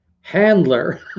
handler